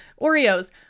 Oreos